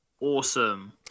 Awesome